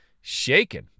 shaken